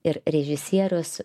ir režisierius